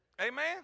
amen